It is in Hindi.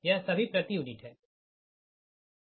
यह सभी प्रति यूनिट है